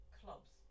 clubs